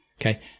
Okay